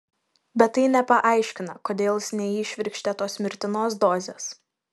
bet tai nepaaiškina kodėl jis neįšvirkštė tos mirtinos dozės